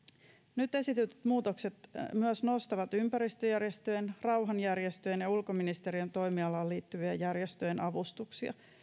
nyt esitetyt muutokset myös nostavat ympäristöjärjestöjen rauhanjärjestöjen ja ulkoministeriön toimialaan liittyvien järjestöjen avustuksia